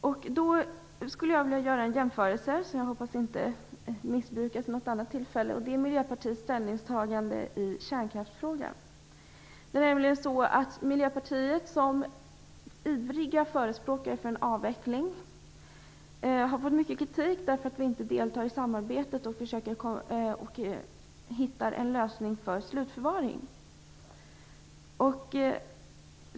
Jag skulle vilja göra en jämförelse som jag hoppas inte missbrukas vid något annat tillfälle. Det gäller Miljöpartiets ställningstagande i kärnkraftsfrågan. Vi i Miljöpartiet har nämligen som ivriga förespråkare för en avveckling fått mycket kritik därför att vi inte deltar i samarbetet och hittar en lösning för slutförvaring.